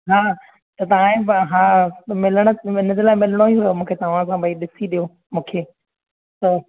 हा त तव्हांजे हा मिलण जे लाइ मिलिणो ई हुओ मूंखे तव्हां सां ॿई ॾिसी ॾियो मूंखे त